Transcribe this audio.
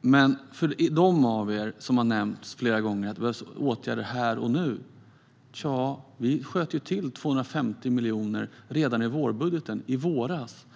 Men några av er har sagt flera gånger att det behövs åtgärder "här och nu". Tja, vi sköt ju till 250 miljoner redan i vårbudgeten, i våras.